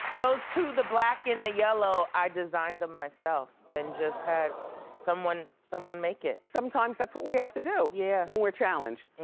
those two, the black and the yellow, i designed them myself and just had someone someone make it. sometimes that's what we have to do. yeah. when we're challenged.